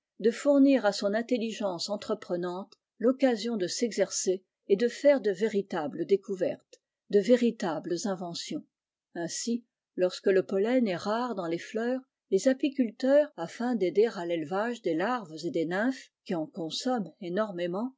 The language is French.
de fournir à son intelligence entreprenante l'occasion de s'exercer et de faire de véritables découvertes de véritables inventions ainsi lorsque le pollen est rare dans les fleurs les apiculteurs afin d'aider à l'élevage des larves et des nymphes qui en consomment énormément